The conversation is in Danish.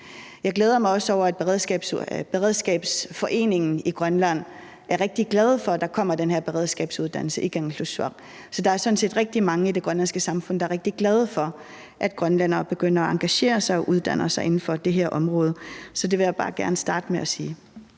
Jeg glæder mig også over, at beredskabsforeningen i Grønland er rigtig glade for, at der kommer den her beredskabsuddannelse i Kangerlussuaq. Så der er sådan set rigtig mange i det grønlandske samfund, der er rigtig glade for, at grønlændere begynder at engagere sig og uddanner sig inden for det her område. Så det vil jeg bare gerne starte med at sige.